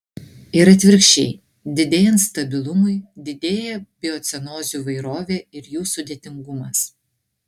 ir atvirkščiai didėjant stabilumui didėja biocenozių įvairovė ir jų sudėtingumas